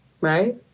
right